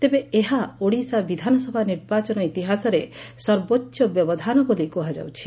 ତେବେ ଏହା ଓଡ଼ିଶା ବିଧାନସଭା ନିର୍ବାଚନ ଇତିହାସରେ ସର୍ବୋଚ ବ୍ୟବଧାନ ବୋଲି କୁହାଯାଉଛି